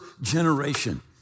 generation